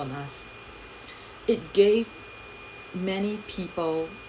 on us it gave many people